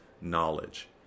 knowledge